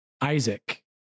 Isaac